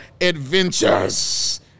adventures